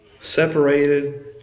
separated